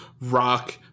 Rock